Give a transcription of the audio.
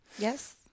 Yes